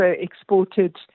exported